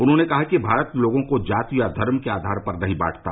उन्होंने कहा कि भारत लोगों को जाति या धर्म के आधार पर नहीं बांटता